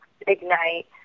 ignite